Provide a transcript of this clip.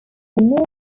vanilla